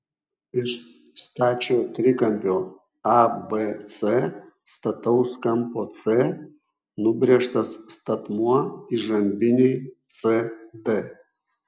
iš stačiojo trikampio abc stataus kampo c nubrėžtas statmuo įžambinei cd